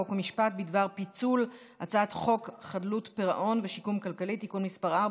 חוק ומשפט בדבר פיצול הצעת חוק חדלות פירעון ושיקום כלכלי (תיקון מס' 4,